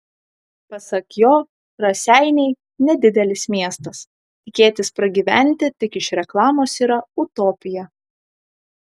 pasak jo raseiniai nedidelis miestas tikėtis pragyventi tik iš reklamos yra utopija